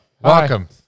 welcome